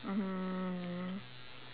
mm